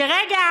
אני אגיד לך.